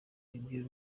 ibyo